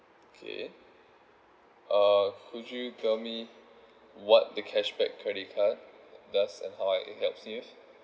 okay uh could you tell me what the cashback credit card does and how I can get